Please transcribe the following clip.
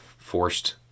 Forced